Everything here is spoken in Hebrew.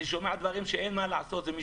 אני שומע דברים שהם משמועה.